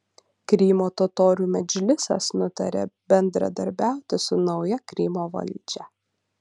krymo totorių medžlisas nutarė bendradarbiauti su nauja krymo valdžia